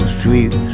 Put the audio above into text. sweet